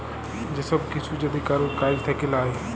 যে সব কিসু যদি কারুর কাজ থাক্যে লায়